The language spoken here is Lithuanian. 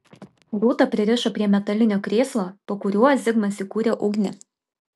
rūtą pririšo prie metalinio krėslo po kuriuo zigmas įkūrė ugnį